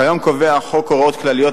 כיום קובע החוק הוראות כלליות,